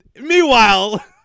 Meanwhile